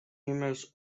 numerous